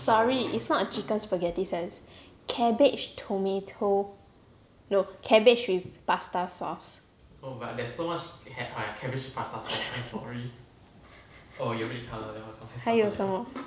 sorry it' not a chicken spaghetti salad it's cabbage tomato no cabbage with pasta sauce 还有什么